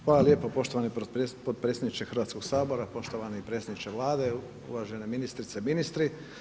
Hvala lijepo poštovani potpredsjedniče Hrvatskog sabora, poštovani predsjedniče Vlade, uvažene ministrice, ministri.